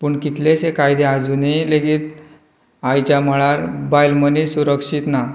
पूण कितलेंशें कायदे आजुनूय लेगीत आयच्या मळार बायल मनीस सुरक्षीत ना